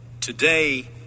today